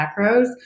macros